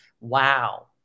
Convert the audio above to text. Wow